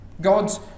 God's